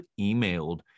emailed